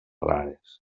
rares